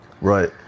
Right